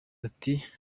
ati